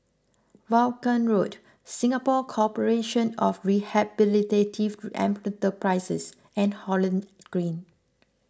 Vaughan Road Singapore Corporation of Rehabilitative Enterprises and Holland Green